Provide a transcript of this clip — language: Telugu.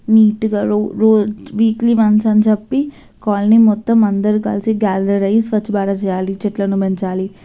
నీటుగా రోజు వీక్లీ వన్స్ అని చెప్పి కాలనీ మొత్తం అందరూ కలిసి గ్యాదర్ అయ్యి స్వచ్ఛభారత్ చేయాలి చెట్లను పెంచాలి